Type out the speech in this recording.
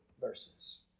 verses